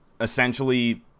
essentially